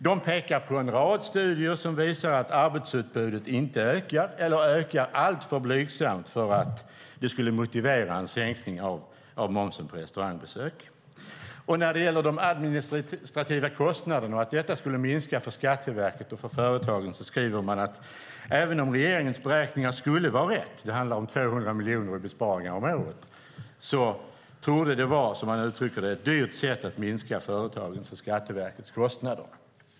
De pekar på en rad studier som visar att arbetsutbudet inte ökar eller att det ökar alltför blygsamt för att det skulle motivera en sänkning av momsen på restaurangbesök. När det gäller de administrativa kostnaderna och att de skulle minska för Skatteverket och för företagen skriver man att även om regeringens beräkningar skulle vara rätt - det handlar om 200 miljoner i besparingar om året - torde det vara, som man uttrycker det, ett dyrt sätt att minska företagens och Skatteverkets kostnader.